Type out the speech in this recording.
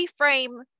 reframe